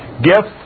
Gifts